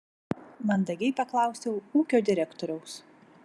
mandagiai paklausiau ūkio direktoriaus